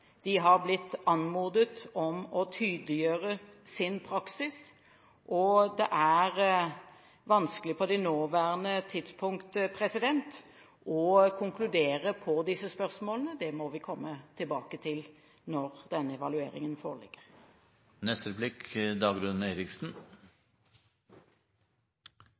De har blitt anmodet om å tydeliggjøre sin praksis, og det er vanskelig på det nåværende tidspunkt å konkludere på disse spørsmålene. Det må vi komme tilbake til når denne evalueringen foreligger.